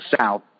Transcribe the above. South